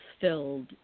filled